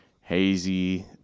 hazy